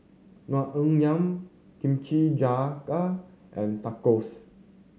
Naengmyeon Kimchi Jjigae and Tacos